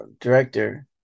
director